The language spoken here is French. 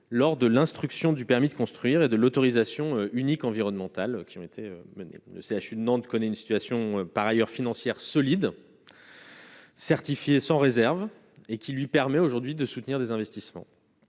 lors de l'instruction du permis de construire et de l'autorisation unique environnementales qui ont été menées, le CHU de Nantes connaît une situation par ailleurs financière solide. Certifiés sans réserve et qui lui permet aujourd'hui de soutenir des investissements